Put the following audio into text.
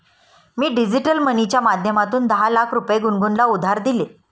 मी digital मनीच्या माध्यमातून दहा लाख रुपये गुनगुनला उधार दिले